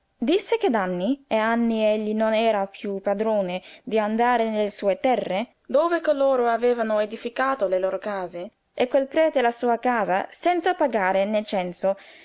disse che da anni e anni egli non era piú padrone di andare nelle sue terre dove coloro avevano edificato le loro case e quel prete la sua chiesa senza pagare né censo